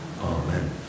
Amen